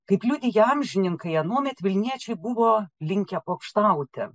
kaip liudija amžininkai anuomet vilniečiai buvo linkę pokštauti